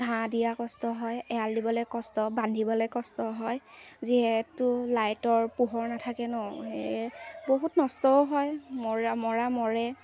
ঘাঁহ দিয়া কষ্ট হয় এৰাল দিবলৈ কষ্ট বান্ধিবলৈ কষ্ট হয় যিহেতু লাইটৰ পোহৰ নাথাকে ন' সেয়ে বহুত নষ্টও হয় মৰা মৰা মৰে